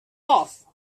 off